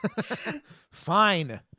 Fine